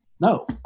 No